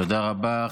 תודה רבה.